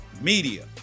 media